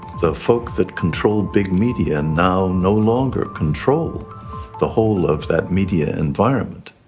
the folk that control big media now no longer control the whole of that media environment.